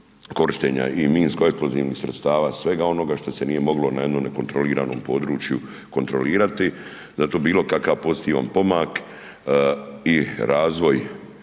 je puno i minsko-eksplozivnih sredstva, svega onoga šta se nije moglo na jednome nekontroliranom području kontrolirati, zato bilokakav pozitivan pomak i razvoj